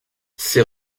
ses